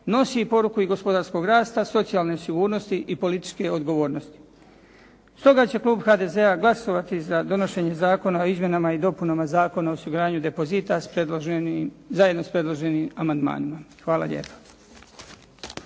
nosi poruku i gospodarskog rasta, socijalne sigurnosti i političke odgovornosti. Stoga će klub HDZ-a glasovati za donošenje Zakona o izmjenama i dopunama Zakona o osiguranju depozita zajedno s predloženim amandmanima. Hvala lijepa.